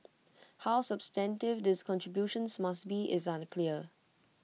how substantive these contributions must be is unclear